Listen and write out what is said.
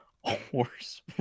horse